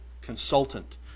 consultant